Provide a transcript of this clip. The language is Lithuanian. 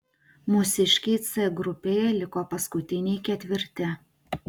mūsiškiai c grupėje liko paskutiniai ketvirti